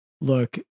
look